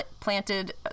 planted